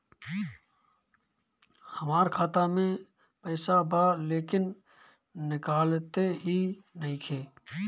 हमार खाता मे पईसा बा लेकिन निकालते ही नईखे?